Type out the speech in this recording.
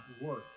worth